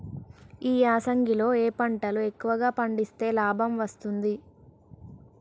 ఈ యాసంగి లో ఏ పంటలు ఎక్కువగా పండిస్తే లాభం వస్తుంది?